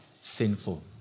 sinful